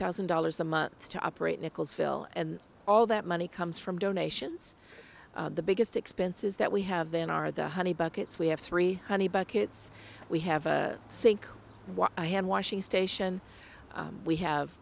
thousand dollars a month to operate nickels fill and all that money comes from donations the biggest expenses that we have then are the honey buckets we have three honey buckets we have a sink handwashing station we have